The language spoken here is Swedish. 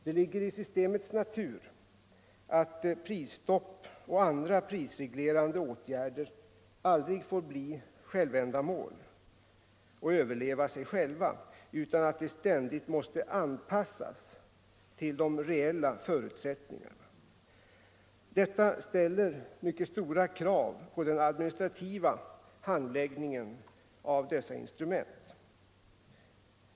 Det ligger i systemets natur att prisstopp och andra prisreglerande åtgärder aldrig får bli självändamål och överleva sig själva utan att de måste ständigt anpassas till de reella förutsättningarna. Detta ställer mycket stora krav på den administrativa handläggningen av dessa instrument.